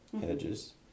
Hedges